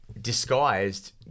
disguised